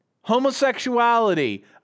homosexuality